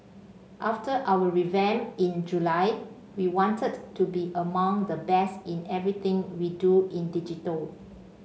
after our revamp in July we wanted to be among the best in everything we do in digital